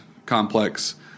Complex